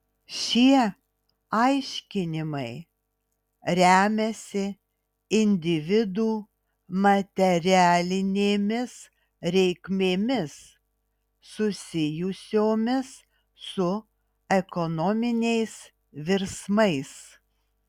šie aiškinimai remiasi individų materialinėmis reikmėmis susijusiomis su ekonominiais virsmais